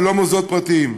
ולא מוסדות פרטיים.